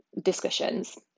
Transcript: discussions